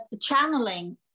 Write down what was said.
channeling